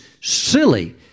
silly